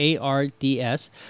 ARDS